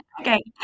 Okay